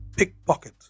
pickpocket